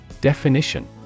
Definition